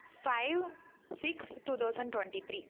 five six two thousand twenty three